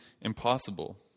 impossible